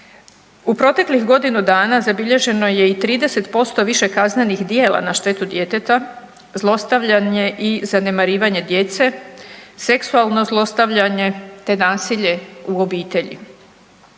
U proteklih godinu dana zabilježeno je i 30% više kaznenih djela na štetu djeteta, zlostavljanje i zanemarivanje djece, seksualno zlostavljanje te nasilje u obitelji.